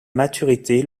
maturité